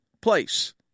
place